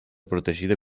protegida